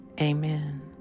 Amen